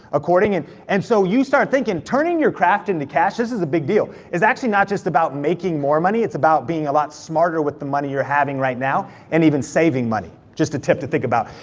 according, and and so you start thinking, turning your craft into cash, this is a big deal. is actually not just about making more money, it's about being a lot smarter with the money you're having right now, and even saving money. just a tip to think about.